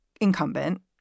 incumbent